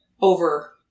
over